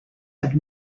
have